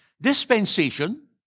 dispensation